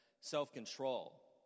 self-control